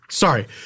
Sorry